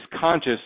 conscious